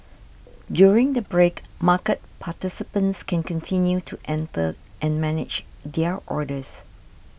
during the break market participants can continue to enter and manage their orders